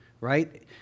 Right